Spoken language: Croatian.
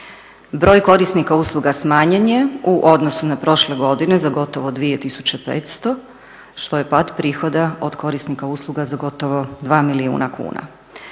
Broj korisnika usluga smanjen je u odnosu na prošle godine za gotovo 2500 što je pad prihoda od korisnika usluga za gotovo 2 milijuna kuna.